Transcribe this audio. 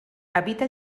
habita